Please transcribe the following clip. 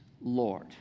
Lord